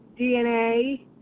DNA